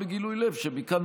אין שיח,